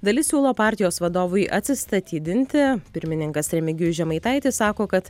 dalis siūlo partijos vadovui atsistatydinti pirmininkas remigijus žemaitaitis sako kad